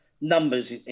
numbers